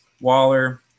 Waller